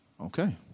Okay